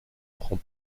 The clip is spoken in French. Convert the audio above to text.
prend